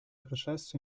processo